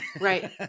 Right